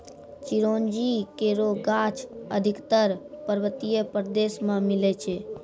चिरौंजी केरो गाछ अधिकतर पर्वतीय प्रदेश म मिलै छै